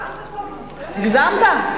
הגזמת.